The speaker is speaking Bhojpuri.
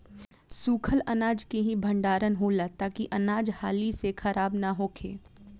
सूखल अनाज के ही भण्डारण होला ताकि अनाज हाली से खराब न होखे